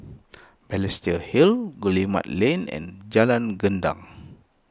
Balestier Hill Guillemard Lane and Jalan Gendang